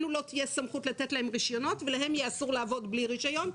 לנו לא תהיה סמכות לתת להם רישיונות ולהם יהיה אסור לעבוד בלי רישיון.